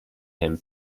him